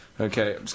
Okay